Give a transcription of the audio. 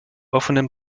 offenem